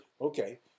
Okay